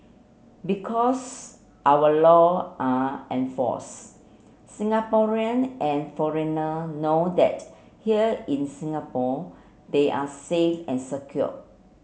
because our law are enforce Singaporean and foreigner know that here in Singapore they are safe and secure